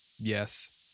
yes